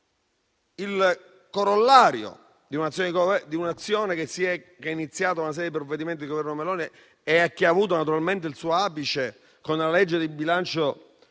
il corollario di un'azione, iniziata con una serie di provvedimenti dal Governo Meloni, e che ha avuto naturalmente il suo apice con la legge di bilancio